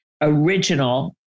original